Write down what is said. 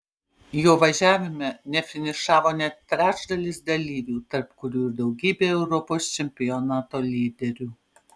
jo važiavime nefinišavo net trečdalis dalyvių tarp kurių ir daugybė europos čempionato lyderių